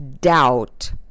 doubt